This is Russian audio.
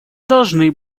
должны